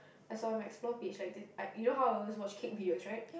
I saw on my explore page like this like you know how I always watch cake videos right